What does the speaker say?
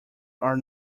are